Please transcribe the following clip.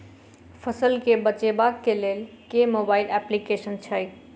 फसल केँ बेचबाक केँ लेल केँ मोबाइल अप्लिकेशन छैय?